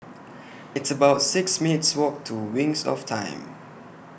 It's about six minutes' Walk to Wings of Time